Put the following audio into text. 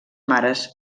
mares